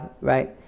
right